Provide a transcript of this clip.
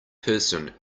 person